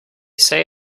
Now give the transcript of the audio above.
say